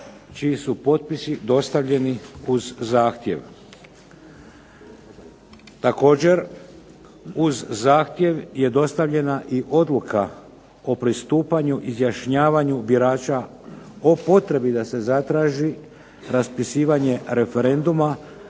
čiji su potpisi dostavljeni uz zahtjev. Također, uz zahtjev je dostavljena i odluka o pristupanju izjašnjavanju birača o potrebi da se zatraži raspisivanje referenduma